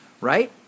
right